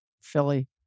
Philly